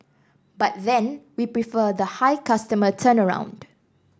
but then we prefer the high customer turnaround